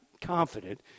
confident